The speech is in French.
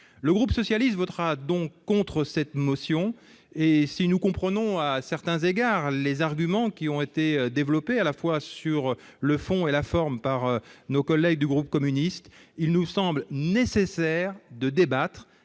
Le groupe socialiste votera contre cette motion. Si nous comprenons, à certains égards, les arguments qui ont été développés à la fois sur le fond et la forme par nos collègues du groupe communiste, il nous semble nécessaire de débattre,